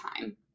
time